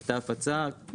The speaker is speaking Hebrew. מקטע ההפצה,